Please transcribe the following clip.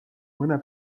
mõne